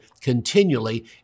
continually